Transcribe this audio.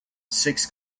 six